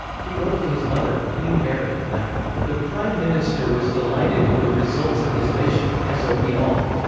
he wrote to his mother, queen mary, that the prime minister was delighted with the results of his mission, as are we all.